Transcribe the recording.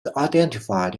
identified